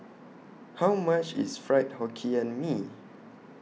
How much IS Fried Hokkien Mee